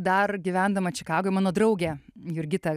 dar gyvendama čikagoj mano draugė jurgita